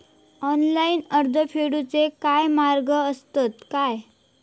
Online कर्ज फेडूचे काय मार्ग आसत काय?